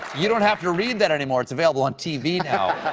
you don't have to read that anymore. it's available on tv now.